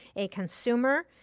a consumer,